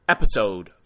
Episode